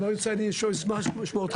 אני לא יוצא, אני אשמח לשמוע אותך.